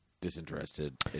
disinterested